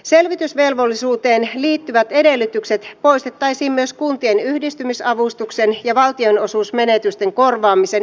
selvitysvelvollisuuteen liittyvät edellytykset poistettaisiin myös kuntien yhdistymisavustuksen ja valtionosuusmenetysten korvaamisen edellytyksistä